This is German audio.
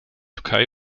türkei